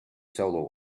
solo